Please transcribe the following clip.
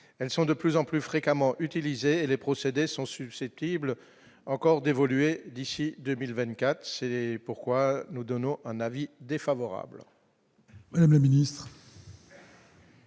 elles sont de plus en plus fréquemment utilisée et les procédés sont susceptibles encore d'évoluer d'ici 2024, c'est pourquoi nous donnons un avis défavorable.